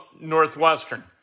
Northwestern